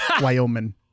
Wyoming